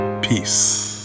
Peace